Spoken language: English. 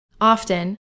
Often